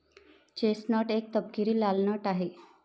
chestnut एक तपकिरी लाल नट आहे